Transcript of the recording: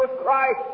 Christ